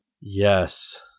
Yes